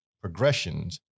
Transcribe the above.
progressions